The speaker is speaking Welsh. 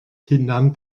hunan